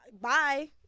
Bye